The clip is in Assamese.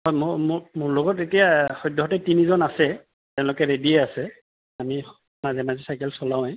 মই মোৰ মোৰ লগত এতিয়া সদ্যহতে তিনিজন আছে তেওঁলোকে ৰেডিয়ে আছে আমি মাজে মাজে চাইকেল চলাওঁৱেই